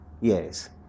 Yes